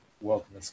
welcome